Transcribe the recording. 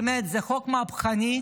באמת, זה חוק מהפכני,